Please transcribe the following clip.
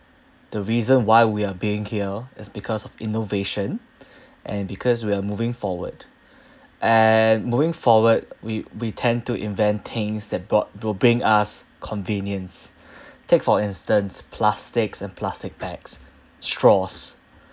the reason why we are being here is because of innovation and because we are moving forward and moving forward we we tend to invent things that brought will bring us convenience take for instance plastics and plastic bags straws